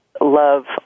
love